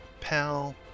Pal